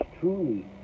truly